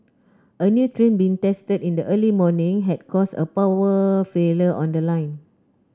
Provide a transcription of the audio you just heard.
a new train being tested in the early morning had caused a power failure on the line